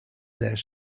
there